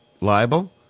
liable